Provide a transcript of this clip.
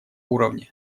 уровне